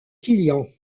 quillan